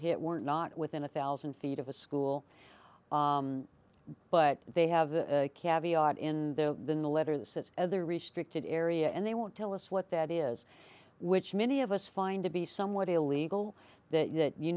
hit were not within a thousand feet of a school but they have the caviar in the then the letter that says other restricted area and they won't tell us what that is which many of us find to be somewhat illegal that